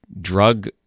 drug